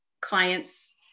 clients